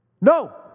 No